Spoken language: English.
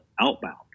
Outbound